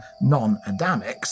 non-Adamics